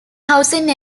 housing